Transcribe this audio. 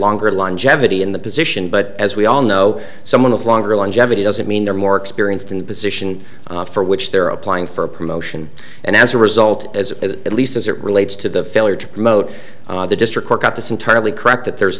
longer longevity in the position but as we all know someone with longer longevity doesn't mean they're more experienced in the position for which they're applying for a promotion and as a result as at least as it relates to the failure to promote the district work up this entirely correct that